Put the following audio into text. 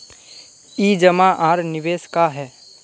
ई जमा आर निवेश का है?